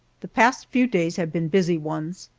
the past few days have been busy ones.